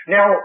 Now